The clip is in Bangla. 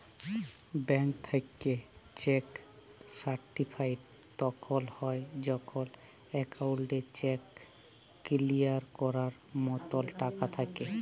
ব্যাংক থ্যাইকে চ্যাক সার্টিফাইড তখল হ্যয় যখল একাউল্টে চ্যাক কিলিয়ার ক্যরার মতল টাকা থ্যাকে